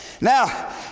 Now